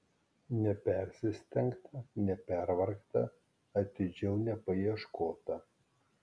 nepersistengta nepervargta atidžiau nepaieškota